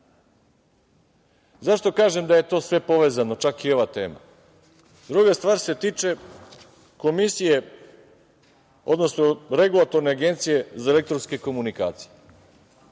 kažem da je sve to sve povezano, čak i ova tema? Druga stvar se tiče Komisije, odnosno Regulatorne agencije za elektronske komunikacije.